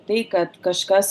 tai kad kažkas